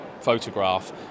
photograph